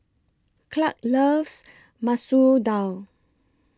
Clarke loves Masoor Dal